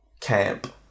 camp